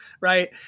right